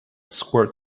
squirt